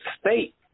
state